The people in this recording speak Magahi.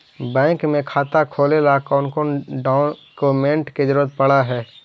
बैंक में खाता खोले ल कौन कौन डाउकमेंट के जरूरत पड़ है?